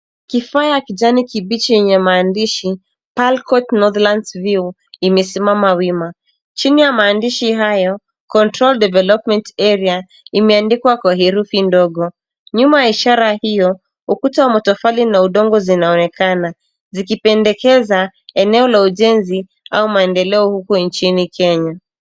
Kifaa cha kijani kibichi yenye maandishi Pearlcourt Northlands View imesimama wima. Chini ya maandishi hayo controlled development area imeandikwa kwa herufi ndogo. Nyuma ya ishara hiyo ukuta wa matofali na udongo zinaonekana, zikipendekeza eneo la ujenzi au maendeleo huku nchini Kenya.